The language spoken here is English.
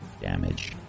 damage